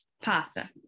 pasta